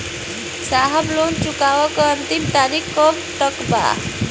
साहब लोन चुकावे क अंतिम तारीख कब तक बा?